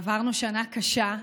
עברנו שנה קשה,